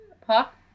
pop